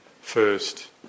first